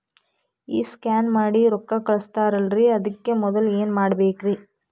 ಈ ಸ್ಕ್ಯಾನ್ ಮಾಡಿ ರೊಕ್ಕ ಕಳಸ್ತಾರಲ್ರಿ ಅದಕ್ಕೆ ಮೊದಲ ಏನ್ ಮಾಡ್ಬೇಕ್ರಿ?